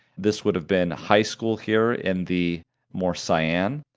this would have been high school here in the more cyan,